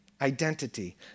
Identity